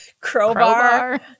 crowbar